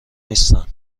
نیستن